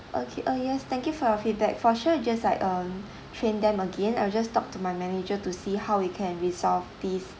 okay uh yes thank you for your feedback for sure just like um train them again I will just talk to my manager to see how we can resolve this